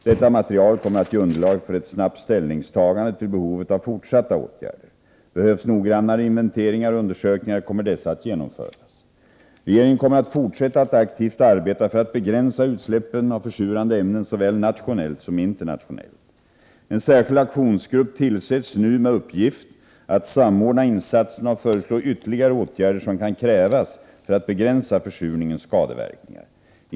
Detta material kommer att ge underlag för ett snabbt ställningstagande till behovet av fortsatta åtgärder. Behövs noggrannare inventeringar och undersökningar kommer dessa att genomföras. Regeringen kommer att fortsätta att aktivt arbeta för att begränsa utsläppen av försurande ämnen såväl nationellt som internationellt. En särskild aktionsgrupp tillsätts nu med uppgift att samordna insatserna och föreslå ytterligare åtgärder, som kan krävas för att begränsa försurningens skadeverknignar.